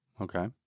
Okay